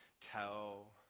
Tell